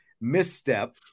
misstep